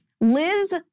Liz